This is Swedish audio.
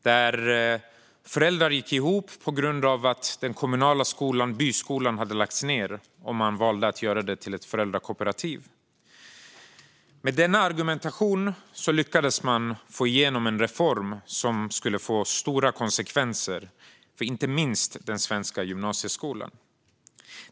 Där gick föräldrarna ihop på grund av att den kommunala skolan - byskolan - hade lagts ned, och de valde att göra det till ett föräldrakooperativ. Med denna argumentation lyckades man få igenom en reform som skulle få konsekvenser för inte minst den svenska gymnasieskolan.